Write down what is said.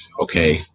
okay